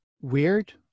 weird